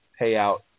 payout